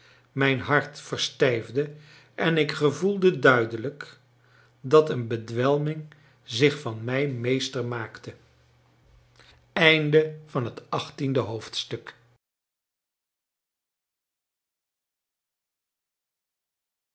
mijn hart verstijfde en ik gevoelde duidelijk dat een bedwelming zich van mij meester maakte